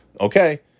Okay